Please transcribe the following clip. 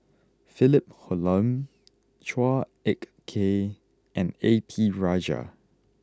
Philip Hoalim Chua Ek Kay and A P Rajah